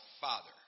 father